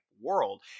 world